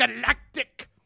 Galactic